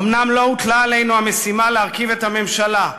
אומנם לא הוטלה עלינו המשימה להרכיב את הממשלה,